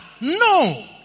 No